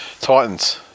Titans